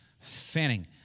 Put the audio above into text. Fanning